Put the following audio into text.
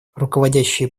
руководящие